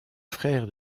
frère